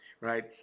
right